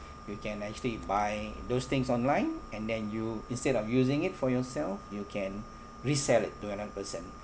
you can actually buy those things online and then you instead of using it for yourself you can resell it to another person